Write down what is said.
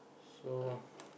so